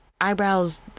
Eyebrows